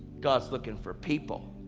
god's looking for people